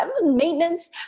maintenance